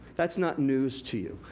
that's not news to you.